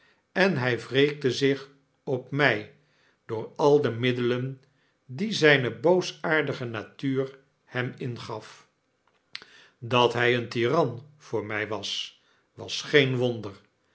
en hij wreekte zich opmij door aide middelen die zijne boosaardige natuur hem ingaf dat hij een tiran voor mij was was geen wonder